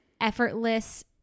effortless